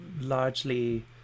largely